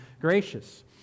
gracious